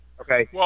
Okay